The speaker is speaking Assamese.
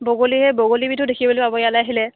বগলী সেই বগলীবিধো দেখিবলৈ পাব ইয়ালৈ আহিলে